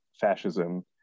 fascism